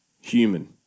human